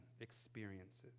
experiences